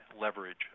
leverage